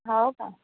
हो का